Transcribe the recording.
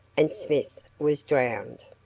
and smith was drowned.